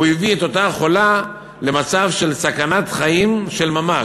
הוא הביא את אותה חולה למצב של סכנת חיים של ממש,